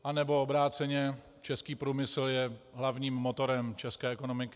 Anebo obráceně, český průmysl je hlavním motorem české ekonomiky.